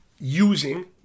using